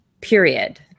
period